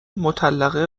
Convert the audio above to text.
مطلقه